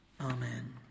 Amen